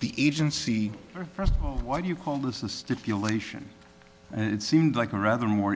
the agency first why do you call this a stipulation and it seemed like a rather more